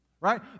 right